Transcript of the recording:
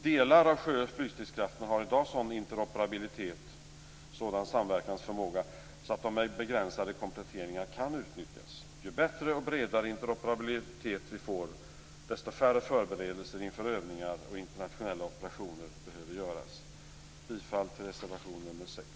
Delar av sjö och flygstridskrafterna har i dag en sådan interoperabilitet, en sådan samverkansförmåga, att de med begränsade kompletteringar kan utnyttjas. Ju bättre och bredare interoperabilitet vi får, desto färre förberedelser inför övningar och internationella operationer behöver göras. Jag yrkar bifall till reservation nr 6.